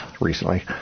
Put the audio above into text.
recently